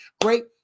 Great